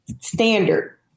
standard